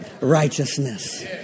righteousness